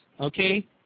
okay